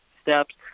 steps